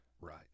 Right